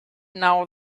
now